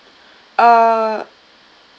uh